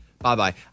Bye-bye